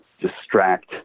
distract